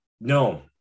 no